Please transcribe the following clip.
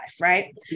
right